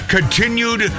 Continued